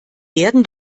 werden